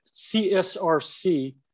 CSRC